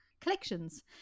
collections